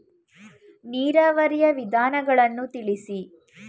ನೀರಾವರಿಯ ವಿಧಾನಗಳನ್ನು ತಿಳಿಸಿ?